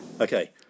Okay